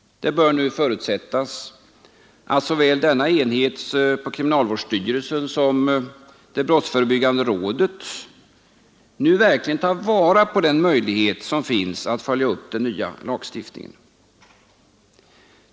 Det bör förutsättas att såväl denna enhet på kriminalvårdsstyrelsen som det brottsförebyggande rådet nu verkligen tar vara på möjligheten att följa upp den nya lagstiftningen.